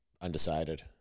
undecided